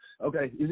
Okay